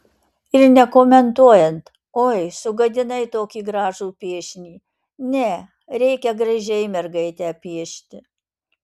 ir nekomentuojant oi sugadinai tokį gražų piešinį ne reikia gražiai mergaitę piešti